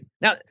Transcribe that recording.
Now-